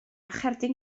cherdyn